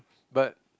but